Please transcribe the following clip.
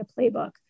playbook